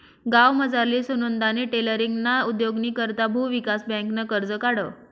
गावमझारली सुनंदानी टेलरींगना उद्योगनी करता भुविकास बँकनं कर्ज काढं